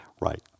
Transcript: Right